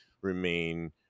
remain